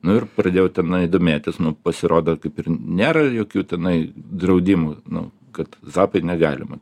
nu ir pradėjau tenai domėtis nu pasirodo kaip ir nėra jokių tenai draudimų nu kad zapai negalima